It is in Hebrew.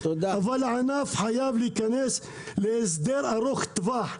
אבל הענף חייב להיכנס להסדר ארוך טווח,